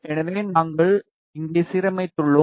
எனவே நாங்கள் இங்கே சீரமைத்துள்ளோம்